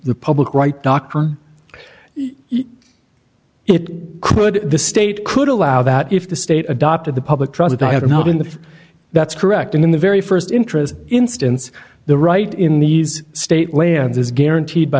the public right doctor it could the state could allow that if the state adopted the public trust to have or not in the that's correct in the very st interest instance the right in these state lands is guaranteed by